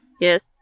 Yes